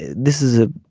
this is ah